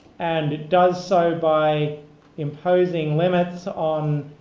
and it does so by imposing limits on